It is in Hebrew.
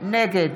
נגד